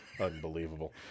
Unbelievable